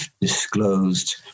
disclosed